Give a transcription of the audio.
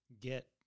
get